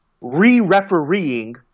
re-refereeing